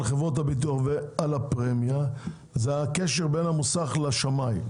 חברות הביטוח ועל הפרמיה זה הקשר בין המוסך לשמאי.